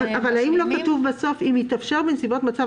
האם לא כתוב בסוף: "אם התאפשר בנסיבות מצב